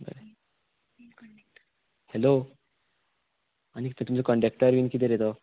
बरें हॅलो आनीक तुमचो कंडक्टर बीन कितें रे तो